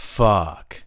fuck